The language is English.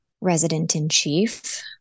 resident-in-chief